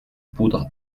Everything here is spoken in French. poudre